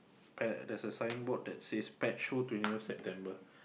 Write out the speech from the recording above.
pet there's a signboard that says pet show twentieth September